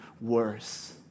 worse